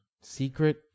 Secret